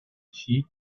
she